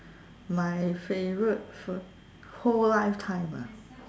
my favourite food whole lifetime ah